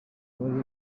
wari